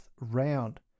round